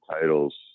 titles